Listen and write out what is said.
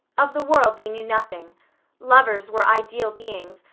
of the world they knew nothing lovers were ideal beings,